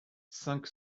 cinq